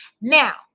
Now